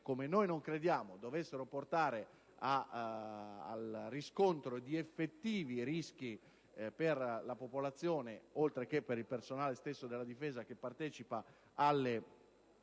come noi non crediamo, dovessero portare al riscontro di effettivi rischi per la popolazione, oltre che per il personale stesso della Difesa che partecipa a